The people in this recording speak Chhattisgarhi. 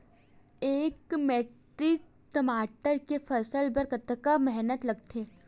एक मैट्रिक टमाटर के फसल बर कतका मेहनती लगथे?